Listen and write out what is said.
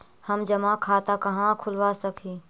हम जमा खाता कहाँ खुलवा सक ही?